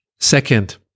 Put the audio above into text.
Second